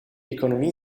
economie